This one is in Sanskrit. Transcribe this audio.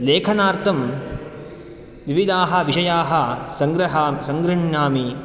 लेखनार्थं विविधाः विषयाः सङ्ग्रहा सङ्गृह्णामि